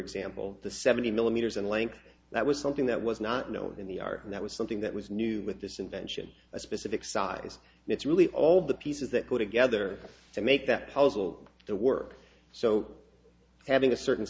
example the seventy millimeters in length that was something that was not known in the r and that was something that was new with this invention a specific size and it's really all the pieces that go together to make that puzzle the work so having a certain